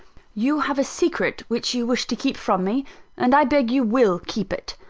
you have a secret which you wish to keep from me and i beg you will keep it.